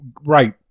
Right